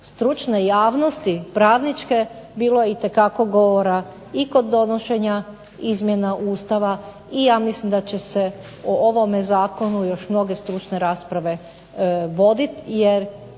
stručne javnosti, pravničke, bilo je itekako govora i kod donošenja izmjena Ustava i ja mislim da će se o ovome zakonu još mnoge stručne rasprave voditi. Jer